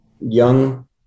young